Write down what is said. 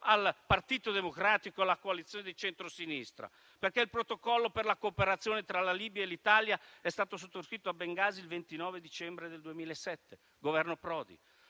al Partito Democratico e alla coalizione di centrosinistra. Infatti, il Protocollo per la cooperazione tra la Libia e l'Italia è stato sottoscritto a Bengasi il 29 dicembre 2007 (Governo Prodi)